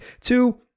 Two